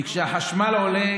כי כשהחשמל עולה